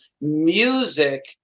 music